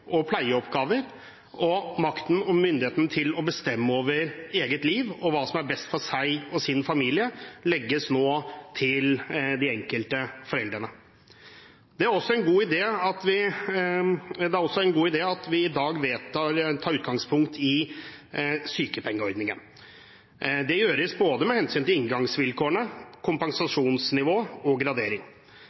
pleieoppgaver og makt og myndighet til å bestemme over eget liv. Hva som er best for en selv og sin familie, legges nå til de enkelte foreldrene. Det er også en god idé at vi i dag tar utgangspunkt i sykepengeordningen. Det gjøres med hensyn til både inngangsvilkår, kompensasjonsnivå og gradering.